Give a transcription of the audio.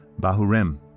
Bahurim